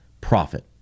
profit